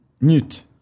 newt